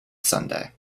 sunday